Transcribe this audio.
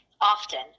Often